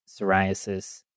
psoriasis